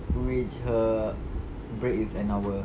which her break is an hour